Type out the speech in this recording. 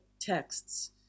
texts